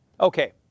Okay